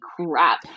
crap